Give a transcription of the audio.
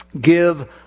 Give